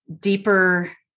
deeper